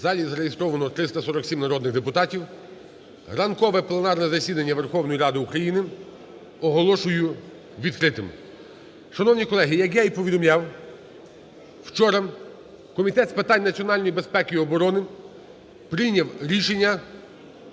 залі зареєстровано 347 народних депутатів. Ранкове пленарне засідання Верховної Ради України оголошую відкритим. Шановні колеги, як я і повідомляв, вчора Комітет з питань національної безпеки і оборони прийняв рішення